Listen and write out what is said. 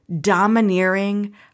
domineering